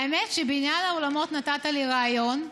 האמת שבעניין האולמות נתת לי רעיון.